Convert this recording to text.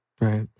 Right